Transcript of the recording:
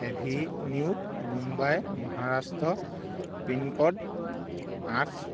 Avenue Mumbai Maharashtra pincode